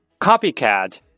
Copycat